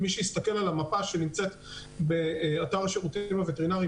מי שיסתכל על המפה שנמצאת באתר השירותים הווטרינריים